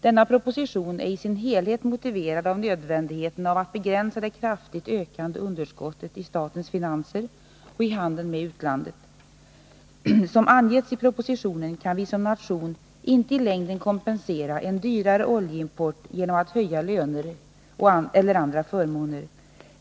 Denna proposition är i sin helhet motiverad av nödvändigheten av att begränsa det kraftigt ökande underskottet i statens finanser och i handeln med utlandet. Som angetts i propositionen kan vi som nation inte i längden kompensera en dyrare oljeimport genom att höja löner eller andra förmåner.